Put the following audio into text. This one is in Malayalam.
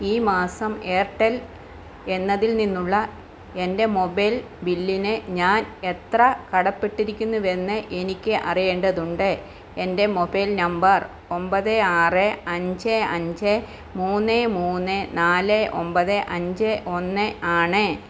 ഈ മാസം എയർടെൽ എന്നതിൽ നിന്നുള്ള എൻ്റെ മൊബൈൽ ബില്ലിന് ഞാൻ എത്ര കടപ്പെട്ടിരിക്കുന്നുവെന്ന് എനിക്ക് അറിയേണ്ടതുണ്ട് എൻ്റെ മൊബൈൽ നമ്പർ ഒൻപത് ആറ് അഞ്ച് അഞ്ച് മൂന്ന് മൂന്ന് നാല് ഒന്പത് അഞ്ച് ആണ്